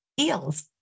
eels